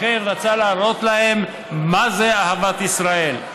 לכן רצה להראות להם מה זו אהבת ישראל.